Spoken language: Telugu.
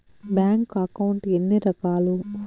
బ్యాంకు అకౌంట్ ఎన్ని రకాలు